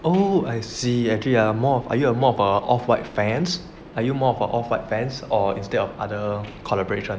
oh I see actually yeah are you a more of a off white fan are you more of a off white fan or instead of other collaboration